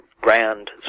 grand